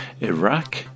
Iraq